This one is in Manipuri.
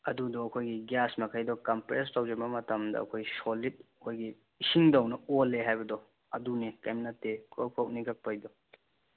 ꯑꯗꯨꯗꯣ ꯑꯩꯈꯣꯏꯒꯤ ꯒ꯭ꯌꯥꯁ ꯃꯈꯩꯗꯣ ꯀꯝꯄ꯭ꯔꯦꯁ ꯇꯧꯁꯤꯟꯕ ꯃꯇꯝꯗ ꯑꯩꯈꯣꯏ ꯁꯣꯂꯤꯗ ꯑꯩꯈꯣꯏꯒꯤ ꯏꯁꯤꯡꯗꯧꯅ ꯑꯣꯜꯂꯦ ꯍꯥꯏꯕꯗꯣ ꯑꯗꯨꯅꯦ ꯀꯔꯤꯝ ꯅꯠꯇꯦ ꯀ꯭ꯔꯣꯛ ꯀ꯭ꯔꯣꯛ ꯅꯤꯛꯂꯛꯄꯒꯤꯗꯣ